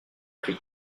prix